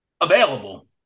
available